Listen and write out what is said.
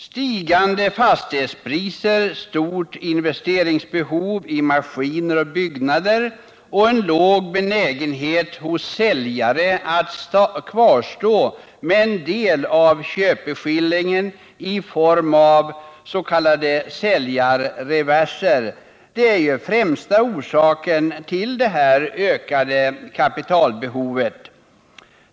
Stigande fastighetspriser, stort behov av investeringar i maskiner och byggnader och en låg benägenhet hos säljare att kvarstå med en del av köpeskillingen genom s.k. säljarreverser är de främsta orsakerna till det ökade kapitalbehovet.